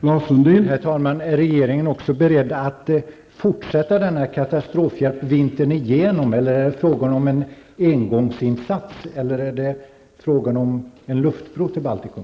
Herr talman! Är regeringen också beredd att fortsätta med den här katastrofhjälpen vintern igenom? Är det fråga om en engångsinsats eller är det fråga om en luftbro till Baltikum?